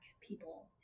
people